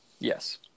Yes